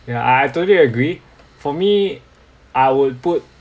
yeah I totally agree for me I would put